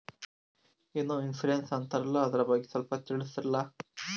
ಏನೋ ಇನ್ಸೂರೆನ್ಸ್ ಅಂತಾರಲ್ಲ, ಅದರ ಬಗ್ಗೆ ಸ್ವಲ್ಪ ತಿಳಿಸರಲಾ?